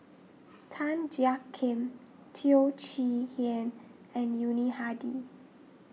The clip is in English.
Tan Jiak Kim Teo Chee Hean and Yuni Hadi